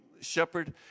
shepherd